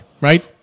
right